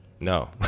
No